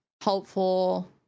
helpful